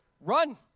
Run